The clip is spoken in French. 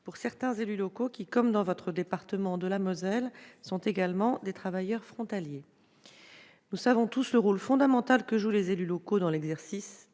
pour certains élus locaux qui, notamment dans votre département de la Moselle, sont également des travailleurs frontaliers. Nous savons tous le rôle fondamental que jouent les élus locaux dans l'exercice